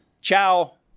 ciao